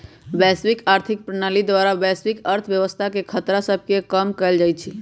वैश्विक आर्थिक प्रणाली द्वारा वैश्विक अर्थव्यवस्था के खतरा सभके कम कएल जा सकइ छइ